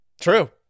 True